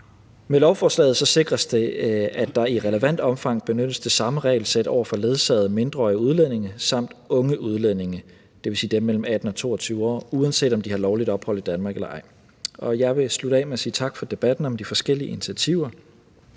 Med lovforslaget sikres det, at der i relevant omfang benyttes det samme regelsæt over for ledsagede mindreårige udlændinge samt unge udlændinge, dvs. dem mellem 18 og 22 år, uanset om de har lovligt ophold i Danmark eller ej. Jeg vil slutte af med at sige tak for debatten om de forskellige initiativer.